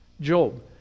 Job